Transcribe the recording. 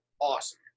awesome